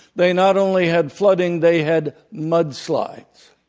they not only had flooding they had mudslides.